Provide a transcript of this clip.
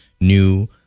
new